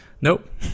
Nope